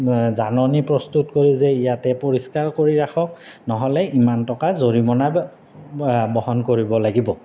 জাননী প্ৰস্তুত কৰি যে ইয়াতে পৰিষ্কাৰ কৰি ৰাখক নহ'লে ইমান টকা জৰিমনা বহন কৰিব লাগিব